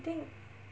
think